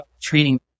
treating